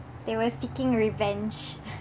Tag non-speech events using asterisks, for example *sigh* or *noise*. they were seeking revenge *laughs*